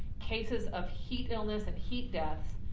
cases of heat illness and heat deaths,